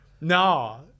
No